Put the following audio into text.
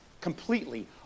completely